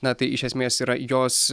na tai iš esmės yra jos